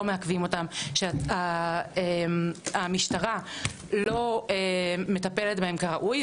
מעכבים אותם שהמשטרה לא מטפלת בהם כראוי,